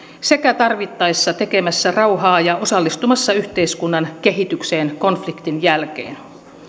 sekä tarvittaessa tekemässä rauhaa ja osallistumassa yhteiskunnan kehitykseen konfliktin jälkeen